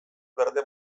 berde